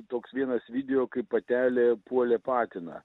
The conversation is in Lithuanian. toks vienas video kaip patelė puolė patiną